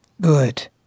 good